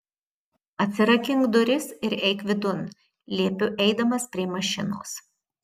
atsirakink duris ir eik vidun liepiu eidamas prie mašinos